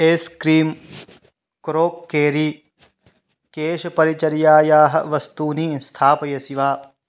S क्रीं crockery केशपरिचर्यायाः वस्तूनि स्थापयसि वा